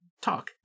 talk